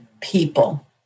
people